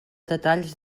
detalls